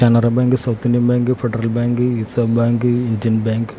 Canara bank south Indian bank federal bank reserve bank Indian bank